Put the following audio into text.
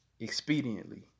expediently